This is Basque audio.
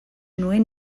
nuen